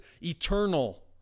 eternal